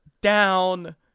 down